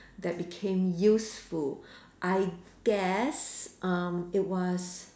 that became useful I guess um it was